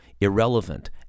irrelevant